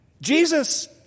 Jesus